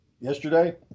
Yesterday